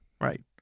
Right